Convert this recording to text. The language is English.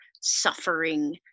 suffering